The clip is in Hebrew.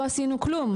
לא עשינו כלום,